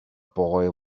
boy